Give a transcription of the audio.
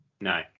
No